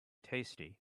tasty